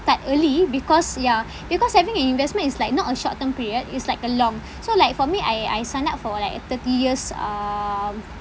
start early because ya because having an investment is like not a short term period it's like a long so like for me I I sign up for like a thirty years um